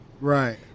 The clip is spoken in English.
Right